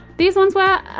these ones were, i